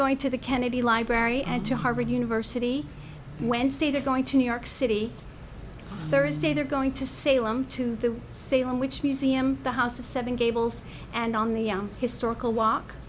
going to the kennedy library and to harvard university when say they're going to new york city thursday they're going to salem to the salem witch museum the house of seven gables and on the historical walk